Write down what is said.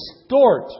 distort